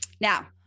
Now